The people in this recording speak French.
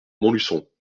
montluçon